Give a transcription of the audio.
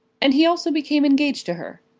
and he also became engaged to her.